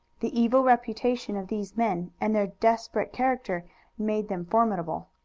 the evil reputation of these men and their desperate character made them formidable.